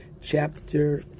chapter